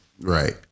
Right